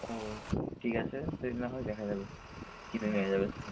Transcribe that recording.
ও ঠিক আছে সে নাহয় দেখা যাবে কিনে নেওয়া যাবে সেখানে